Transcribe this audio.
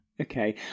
Okay